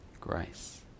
grace